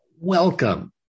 welcome